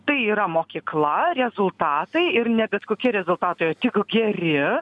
tai yra mokykla rezultatai ir ne bet kokie rezultatai o tik geri